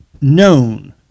known